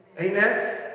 Amen